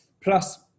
plus